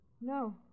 no